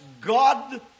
God